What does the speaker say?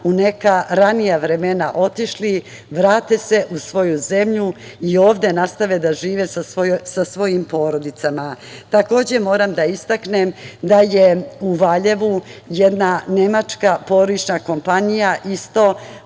u neka ranija vremena otišli, vrate se u svoju zemlju i ovde nastave da žive sa svojim porodicama. Moram da istaknem da je u Valjevu jedna nemačka porodična kompanija pre